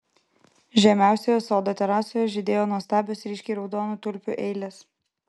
žemiausioje sodo terasoje žydėjo nuostabios ryškiai raudonų tulpių eilės